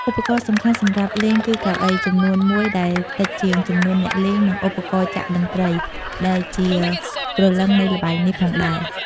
ឧបករណ៍សំខាន់សម្រាប់លេងគឺ កៅអី ចំនួនមួយដែលតិចជាងចំនួនអ្នកលេង និង ឧបករណ៍ចាក់តន្ត្រី ដែលជាព្រលឹងនៃល្បែងនេះផងដែរ។